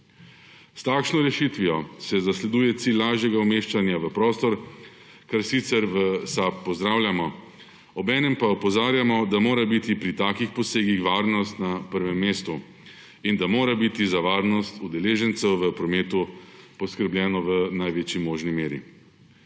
S takšno rešitvijo se zasleduje cilj lažjega umeščanja v prostor, kar sicer v SAB pozdravljamo, obenem pa opozarjamo, da mora biti pri takih posegih varnost na prvem mestu in da mora biti za varnost udeležencev v prometu poskrbljeno v največji možni meri.